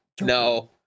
no